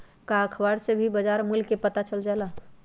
का अखबार से भी बजार मूल्य के पता चल जाला?